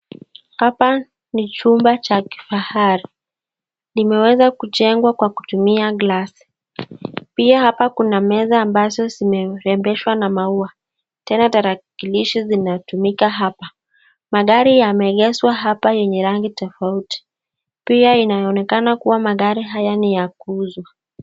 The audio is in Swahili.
Hapa ni chumba cha kifahari, limeweza kujengwa kwa kutumia glasi. Pia hapa kuna meza ambazo zimerembeshwa na maua tena tarakilishi zinatumika hapa. Magari yameegezwa hapa yenye rangi tofauti. Pia inaonekana kuwa magari haya ni ya kuuzwa.